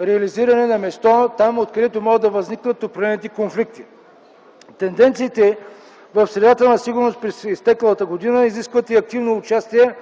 реализирани на място там, откъдето могат да възникнат определените конфликти. Тенденциите в средата на сигурност през изтеклата година изискват и активно участие